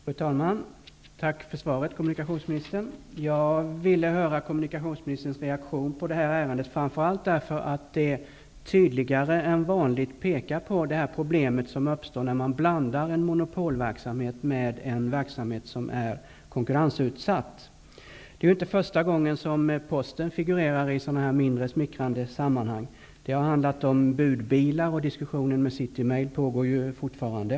Fru talman! Tack för svaret, kommunikationsministern. Jag ville höra kommunikationsministerns reaktion på ärendet, framför allt därför att det tydligare än vanligt pekar på det problem som uppstår när man blandar monopolverksamhet med verksamhet som är konkurrensutsatt. Det är inte första gången som Posten figurerar i mindre smickrande sammanhang. Det har t.ex. handlat om budbilar, och diskussionen med City Mail pågår ju fortfarande.